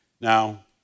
Now